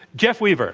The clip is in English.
jeff weaver.